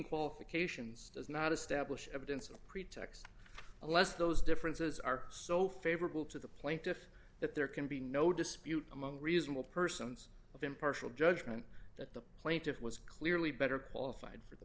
qualifications does not establish evidence or pretext a less those differences are so favorable to the plaintiff that there can be no dispute among reasonable persons of impartial judgment that the plaintiff was clearly better qualified for the